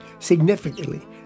Significantly